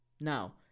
Now